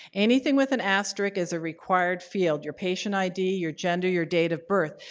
anything with an asterisk is a required field, your patient id, your gender, your date of birth.